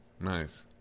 Nice